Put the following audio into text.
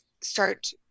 start